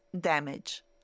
damage